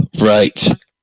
Right